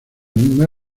misma